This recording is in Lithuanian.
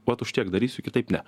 vat už tiek darysiu kitaip ne